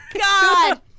God